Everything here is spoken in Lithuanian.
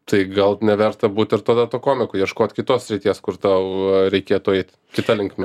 tai gal neverta būti ir tada tuo komiku ieškot kitos srities kur tau reikėtų eit kita linkme